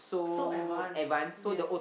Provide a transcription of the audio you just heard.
so advance yes